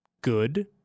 good